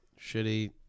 shitty